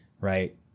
Right